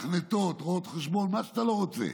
מתכנתות, רואות חשבון, מה שאתה לא רוצה.